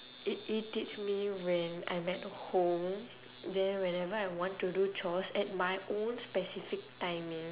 it irritates me when I'm at home then whenever I want to do chores at my own specific timing